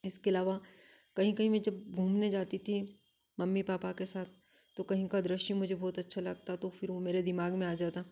इसके अलावा कहीं कहीं मैं जब घूमने जाती थी मम्मी पापा के साथ तो कहीं का दृश्य मुझे बहुत अच्छा लगता तो फ़िर वो मेरे दिमाग में आ जाता